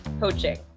coaching